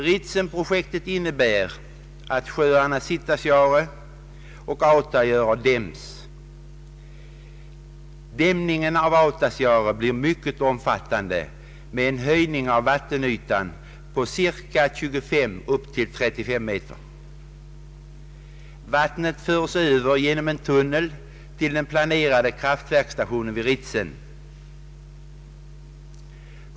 Ritsemprojektet innebär att sjöarna Sitasjaure och Autajaure däms. Dämningen av Autajaure blir mycket omfattande med en höjning av vattenytan på cirka 25 upp till 32 meter. Vattnet förs genom en tunnel till den planerade kraftstationen vid Ritsem.